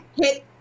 hit